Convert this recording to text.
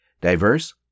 Diverse